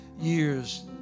years